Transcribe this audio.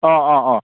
अह अह अह